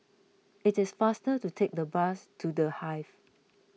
it is faster to take the bus to the Hive